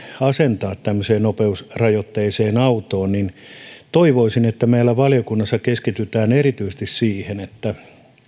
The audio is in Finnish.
asentaa tämmöiseen nopeusrajoitteiseen autoon toivoisin että meillä valiokunnassa keskitytään erityisesti siihen että